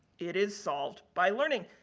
it is solved by learning.